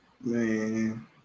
Man